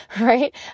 right